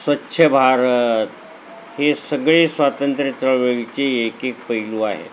स्वच्छ भारत हे सगळे स्वातंत्र्य चळवळीचे एक एक पैलू आहे